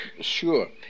Sure